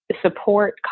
support